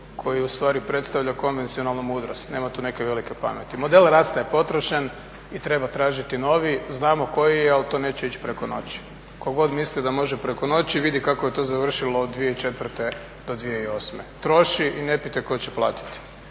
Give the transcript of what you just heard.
koji ustvari predstavlja konvencionalnu mudrost. Nema tu neke velike pameti. Model rasta je potrošen i treba tražiti novi. Znamo koji je ali to neće ići preko noći. Tko god misli da može preko noći vidi kako je to završilo 2004.do 2008. Troši i ne pitaj tko će platiti.